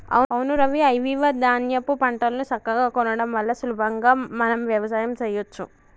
అవును రవి ఐవివ ధాన్యాపు పంటలను సక్కగా కొనడం వల్ల సులభంగా మనం వ్యవసాయం సెయ్యచ్చు